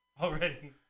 already